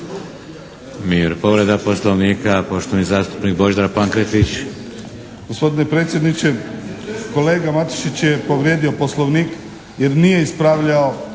Mir. Povreda Poslovnika, poštovani zastupnik Božidar Pankretić. **Pankretić, Božidar (HSS)** Gospodine predsjedniče, kolega Matušić je povrijedio Poslovnik jer nije ispravljao